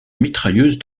mitrailleuse